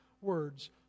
words